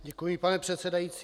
Děkuji, pane předsedající.